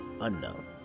unknown